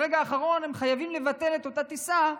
ברגע האחרון הם חייבים לבטל את אותה טיסה,